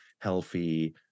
healthy